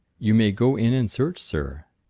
you may go in and search, sir.